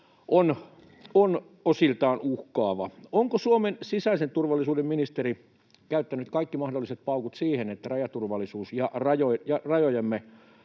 on osiltaan uhkaava. Onko Suomen sisäisen turvallisuuden ministeri käyttänyt kaikki mahdolliset paukut siihen, että rajaturvallisuus ja rajojemme